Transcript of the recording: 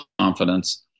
confidence